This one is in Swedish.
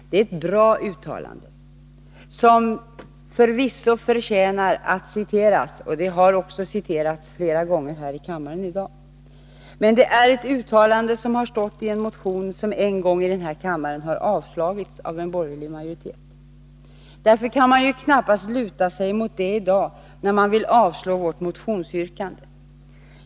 Det är ett bra uttalande, som helt visst förtjänar att citeras, vilket också skett i kammaren flera gånger i dag. Men det är ett uttalande, som stått i en motion som en gång i den här kammaren avslagits av en borgerlig majoritet. Därför kan man knappast luta sig mot det i dag, när man vill avslå vårt motionsyrkande.